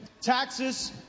taxes